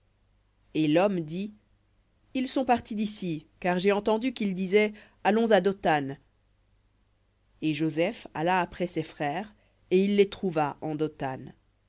et l'homme dit ils sont partis d'ici car j'ai entendu qu'ils disaient allons à dothan et joseph alla après ses frères et il les trouva en dothan